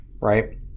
Right